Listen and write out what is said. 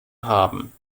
haben